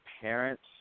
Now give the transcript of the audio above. parents